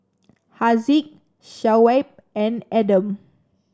Haziq Shoaib and Adam